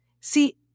See